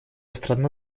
страна